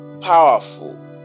powerful